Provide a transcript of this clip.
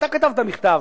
אתה כתבת מכתב,